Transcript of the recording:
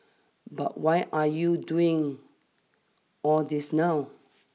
but why are you doing all this now